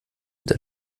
mit